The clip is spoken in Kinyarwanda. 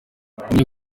mumenye